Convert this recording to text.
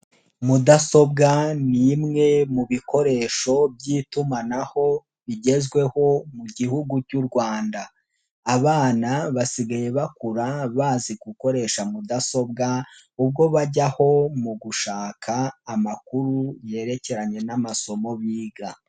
Mudasobwa ni imwe mu bikoresho by'itumanaho bigezweho mu gihugu cy'u Rwanda. Abana basigaye bakura bazi gukoresha mudasobwa kuko bajyaho mu gushaka amakuru yerekeranye n'amasomo biga.